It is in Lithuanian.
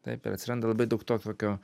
taip ir atsiranda labai daug to tokio